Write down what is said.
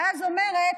ואז אומרת,